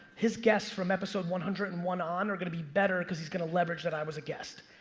his guest from episode one hundred and one on are gonna be better cause he's gonna leverage that i was a guest.